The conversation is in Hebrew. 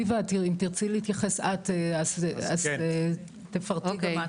אביבה אם תרצי להתייחס את, אז תפרטי גם את.